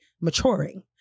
maturing